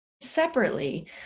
separately